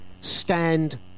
Stand